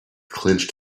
clenched